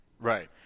right